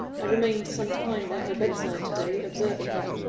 i remained some time by her bedside to-day, observing her.